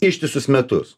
ištisus metus